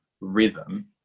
rhythm